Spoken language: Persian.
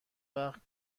وقت